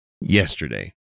yesterday